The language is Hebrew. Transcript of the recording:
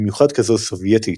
במיוחד כזו סובייטית,